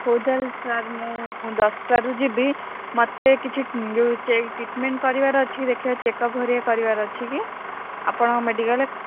ହଉ ତାହେଲେ ସାର୍ ମୁଁ ଦଶଟାରୁ ଯିବି ମୋତେ କିଛି ଯେଉଁ ଚେକ୍ ଟ୍ରିଟମେଣ୍ଟ୍ କରିବାର ଅଛି କି ଦେଖାଇ ଚେକଅପ୍ ହରିକା କରିବାର ଅଛି କି ଆପଣଙ୍କ ମେଡ଼ିକାଲ୍ରେ